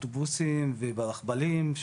באוטובוס וברכבלים.